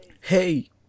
hey